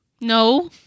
No